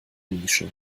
nische